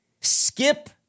Skip